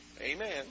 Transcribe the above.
Amen